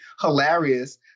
Hilarious